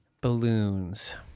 balloons